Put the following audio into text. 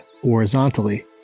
horizontally